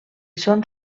són